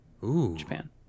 Japan